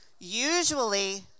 Usually